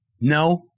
No